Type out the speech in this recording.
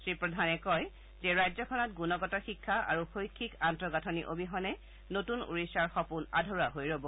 শ্ৰী প্ৰধানে কয় যে ৰাজ্যখনত গুণগত শিক্ষা আৰু শৈক্ষিক আন্তঃগাঠনি অবিহনে নতুন ওড়িশাৰ সপোন আধৰুৱা হৈ ৰব